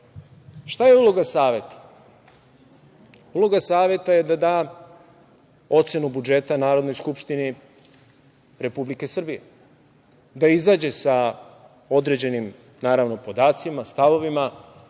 je uloga Saveta? Uloga Saveta je da da ocenu budžeta Narodnoj skupštini Republike Srbije, da izađe sa određenim podacima, stavovima